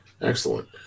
Excellent